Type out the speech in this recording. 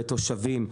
בתושבים.